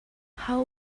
how